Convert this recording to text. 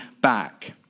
back